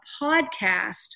podcast